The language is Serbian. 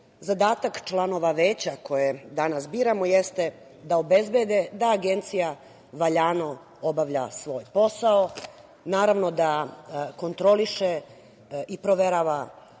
itd. Zadatak članova Veća koje danas biramo jeste da obezbede da Agencija valjano obavlja svoj posao, naravno, da kontroliše i proverava